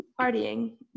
partying